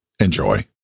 Enjoy